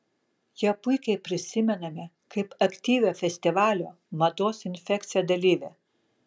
ją puikiai prisimename kaip aktyvią festivalio mados infekcija dalyvę